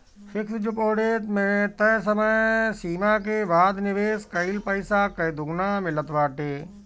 fix deposit में तय समय सीमा के बाद निवेश कईल पईसा कअ दुगुना मिलत बाटे